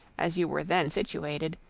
as you were then situated,